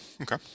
okay